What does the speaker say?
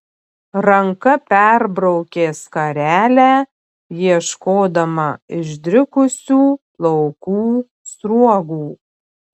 ranka perbraukė skarelę ieškodama išdrikusių plaukų sruogų